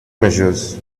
measures